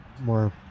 more